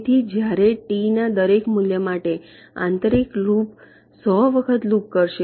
તેથી જ્યારે ટી ના દરેક મૂલ્ય માટે આંતરિક લૂપ 100 વખત લૂપ કરશે